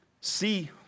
See